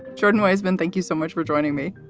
jordan weissmann, thank you so much for joining me,